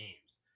games